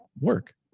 work